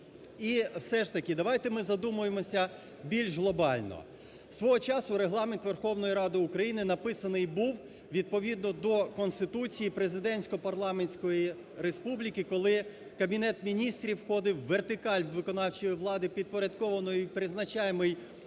і все ж таки давайте ми задумаємося більш глобально. Свого часу Регламент Верховної Ради України написаний був відповідно до Конституції, президентсько-парламентської республіки, коли Кабінет Міністрів входив в вертикаль виконавчої влади, підпорядкований і призначаємий